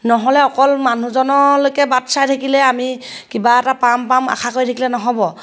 নহ'লে অকল মানুহজনলৈকে বাট চাই থাকিলে আমি কিবা এটা পাম পাম আশা কৰি থাকিলে নহ'ব